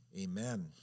Amen